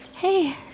Hey